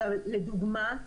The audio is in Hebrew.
לדוגמה,